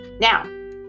now